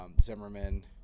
Zimmerman